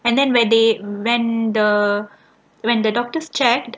and then when they when the when the doctors checked